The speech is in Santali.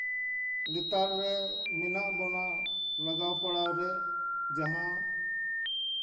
ᱞᱮᱛᱟᱲ ᱨᱮ ᱢᱮᱱᱟᱜ ᱵᱚᱱᱟ ᱞᱟᱡᱟᱣᱯᱟᱲᱟ ᱨᱮ ᱡᱟᱦᱟᱸ